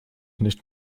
nicht